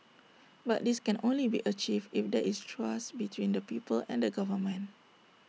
but this can only be achieved if there is trust between the people and the government